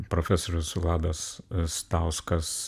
profesorius vladas stauskas